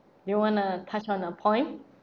do you wanna touch on a point